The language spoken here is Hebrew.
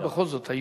אבל בכל זאת,